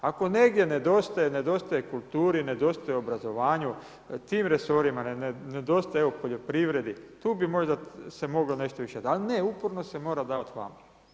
Ako negdje nedostaje, nedostaje kulturi, nedostaje obrazovanju, tim resorima ne dostaje evo poljoprivredi, tu bi možda se moglo nešto, … ali ne uporno se mora davati vama.